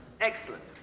Excellent